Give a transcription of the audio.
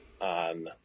on